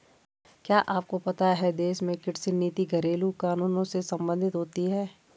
क्या आपको पता है देश में कृषि नीति घरेलु कानूनों से सम्बंधित होती है?